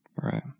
Right